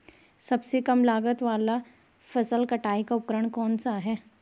सबसे कम लागत वाला फसल कटाई का उपकरण कौन सा है?